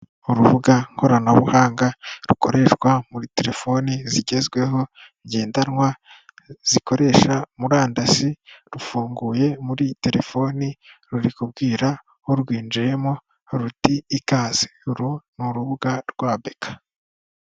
Urubuga nkoranabuhanga rukoreshwa muri telefoni zigezweho ngendanwa zikoresha murandasi rufunguye muri iyi telefoni ruri kubwira urwinjiyemo ruti ikaze. Uru ni urubuga rwa beka.